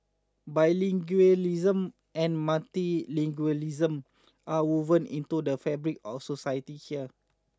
bilingualism and multilingualism are woven into the fabric of society here